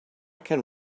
can